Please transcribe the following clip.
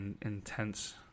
intense